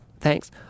Thanks